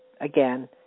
Again